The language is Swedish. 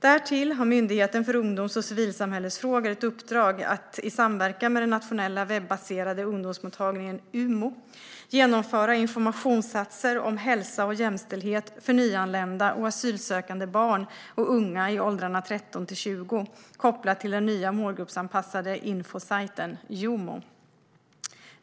Därtill har Myndigheten för ungdoms och civilsamhällesfrågor ett uppdrag att, i samverkan med den nationella webbaserade ungdomsmottagningen Umo, genomföra informationsinsatser om hälsa och jämställdhet för nyanlända och asylsökande barn och unga i åldrarna 13-20 kopplat till den nya målgruppsanpassade infosajten Youmo.